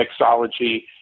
mixology